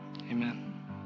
amen